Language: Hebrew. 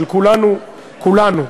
אבל של כולנו כולנו,